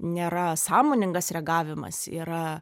nėra sąmoningas reagavimas yra